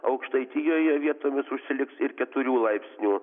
aukštaitijoje vietomis užsiliks ir keturių laipsnių